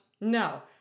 No